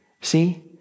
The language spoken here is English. See